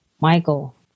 Michael